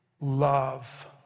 love